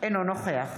נוכח